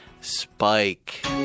SPIKE